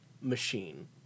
machine